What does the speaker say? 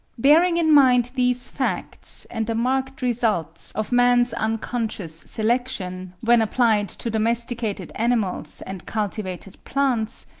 bearing in mind these facts, and the marked results of man's unconscious selection, when applied to domesticated animals and cultivated plants,